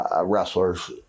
wrestlers